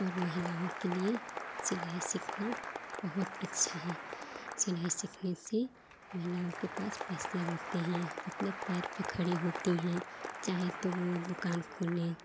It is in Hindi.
और महिलाओं के लिए सिलाई सीखना बहुत अच्छा है सिलाई सीखने से महिलाओं के पास पैसे होते हैं अपने पैर पे खड़े होते हैं चाहें तो वो दुकान खोलें